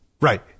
Right